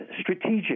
strategic